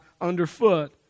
underfoot